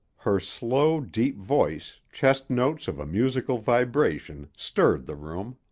her slow, deep voice, chest notes of a musical vibration, stirred the room.